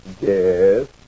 yes